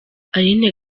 aline